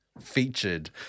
featured